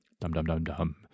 dum-dum-dum-dum